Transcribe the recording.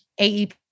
AEP